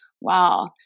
Wow